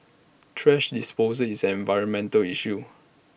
thrash disposal is an environmental issue